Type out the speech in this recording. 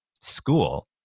school